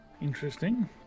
Interesting